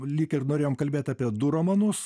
lyg ir norėjom kalbėt apie du romanus